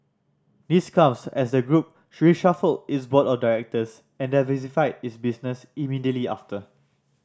this comes as the group reshuffled its board of directors and diversified its business immediately after